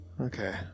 Okay